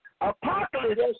Apocalypse